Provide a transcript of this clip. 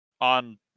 on